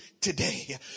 today